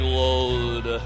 load